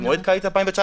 במועד קיץ 2019,